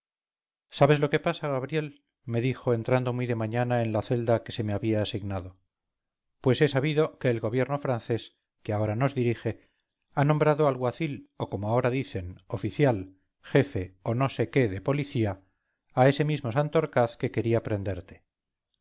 sabes lo que pasa gabriel me dijo entrandomuy de mañana en la celda que se me había asignado pues he sabido que el gobierno francés que ahora nos rige ha nombrado alguacil o como ahora dicen oficial jefe o no sé qué de policía a ese mismo santorcaz que quería prenderte